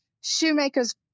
shoemaker's